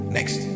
Next